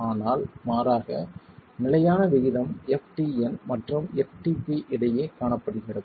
ஆனால் மாறாக நிலையான விகிதம் ftn மற்றும் ftp இடையே காணப்படுகிறது